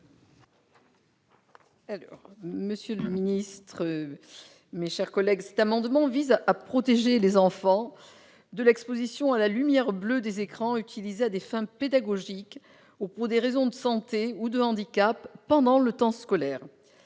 : La parole est à Mme Colette Mélot. Cet amendement vise à protéger les enfants de l'exposition à la lumière bleue des écrans utilisés à des fins pédagogiques ou pour des raisons de santé ou de handicap, pendant le temps scolaire.